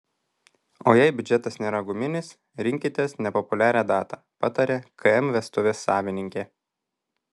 o jei biudžetas nėra guminis rinkitės nepopuliarią datą pataria km vestuvės savininkė